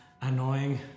annoying